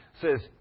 says